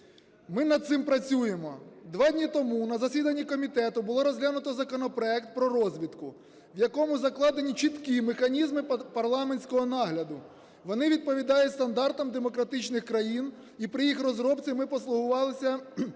Ми над цим працюємо. Два дні тому на засіданні комітету було розглянуто законопроект про розвідку, в якому закладені чіткі механізми парламентського нагляду. Вони відповідають стандартам демократичних країн, і при їх розробці ми послугувалися